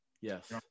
Yes